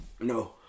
No